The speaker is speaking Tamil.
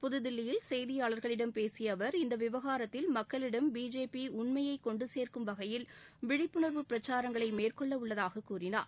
புதுதில்லியில் செய்தியாளர்களிடம் பேசிய அவர் இந்த விவகாரத்தில் மக்களிடம் பிஜேபி உண்மையை கொண்டு சேர்க்கும் வகையில் விழிப்புணர்வு பிரச்சாரங்களை மேற்கொள்ள உள்ளதாக கூறினார்